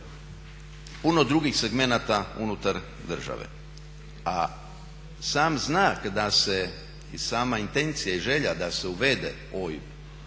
puno drugih segmenata unutar države. A sam znak da se i sama intencija i želja da se uvede OIB